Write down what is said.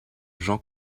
jean